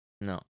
No